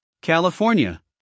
California